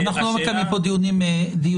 אנחנו לא מקיימים פה דיונים אקדמיים.